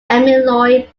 amyloid